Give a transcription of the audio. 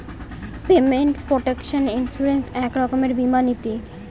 payment protection insurance এক রকমের বীমা নীতি